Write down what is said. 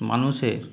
মানুষের